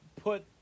put